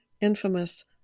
Infamous